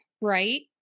right